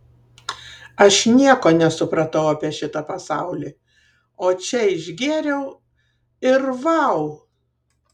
aš nieko nesupratau apie šitą pasaulį o čia išgėriau ir vau